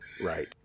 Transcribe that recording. Right